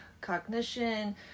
cognition